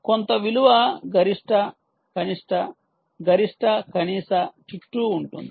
కొంత విలువ గరిష్ట కనిష్ట గరిష్ట కనీస చుట్టూ ఉంటుంది